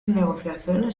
negociaciones